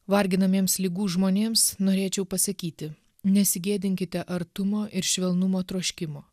varginamiems ligų žmonėms norėčiau pasakyti nesigėdinkite artumo ir švelnumo troškimo